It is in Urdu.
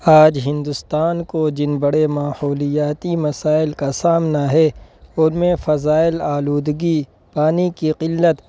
آج ہندوستان کو جن بڑے ماحولیاتی مسائل کا سامنا ہے ان میں فضائل آلودگی پانی کی قلت